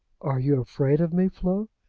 are you afraid of me, flo?